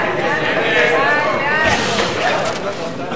הראשונה של קבוצת סיעת